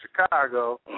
Chicago